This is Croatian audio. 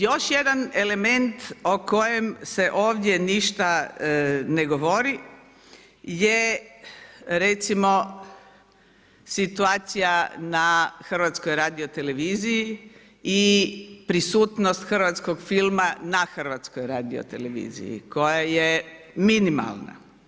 Još jedan element o kojem se ovdje ništa ne govori je recimo, situacija na HRT-u i prisutnost hrvatskog filma na HRT-u koja je minimalna.